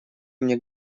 мне